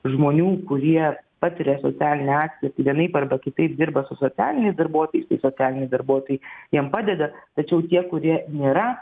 žmonių kurie patiria socialinę atskirtį vienaip arba kitaip dirba su socialiniais darbuotojais tai socialiniai darbuotojai jiem padeda tačiau tie kurie nėra